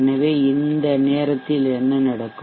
எனவே இந்த நேரத்தில் என்ன நடக்கும்